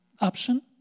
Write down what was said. option